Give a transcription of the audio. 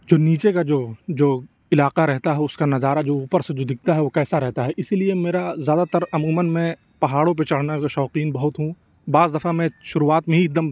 جو نیچے کا جو جو علاقہ رہتا ہو اُس کا نظارہ جو اوپر سے جو دکھتا ہے وہ کیسا رہتا ہے اِسی لیے میرا زیادہ تر عموماً میں پہاڑوں پہ چڑھنے کا شوقین بہت ہوں بعض دفعہ میں شروعات میں ہی ایک دم